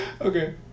okay